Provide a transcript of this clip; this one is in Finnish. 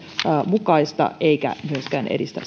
mukaista eikä myöskään edistä